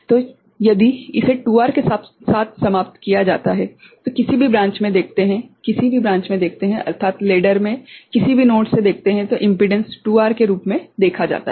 तो यदि इसे 2R के साथ समाप्त किया जाता है तो किसी भी ब्रांच में देखते है किसी भी ब्रांच में देखते है अर्थात लेडर में किसी भी नोड से देखते है तो इम्पीडेंस 2R के रूप में देखा जाता है